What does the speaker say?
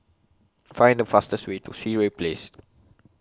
Find The fastest Way to Sireh Place